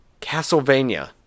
Castlevania